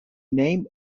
name